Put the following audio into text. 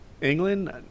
England